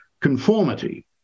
Conformity